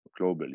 globally